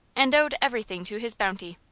and owed everything to his bounty.